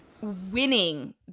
winning